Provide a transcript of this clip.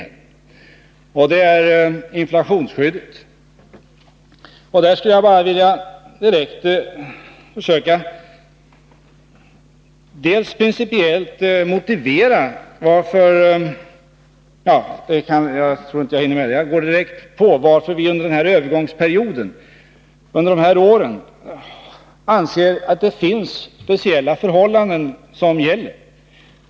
Det gäller inflationsskyddet. Jag skulle ha velat motivera vår principiella inställning, men tiden räcker inte till detta. Vad gäller de år som övergångsperioden omfattar anser vi att speciella förhållanden gäller.